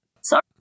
Sorry